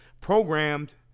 programmed